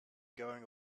going